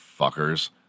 Fuckers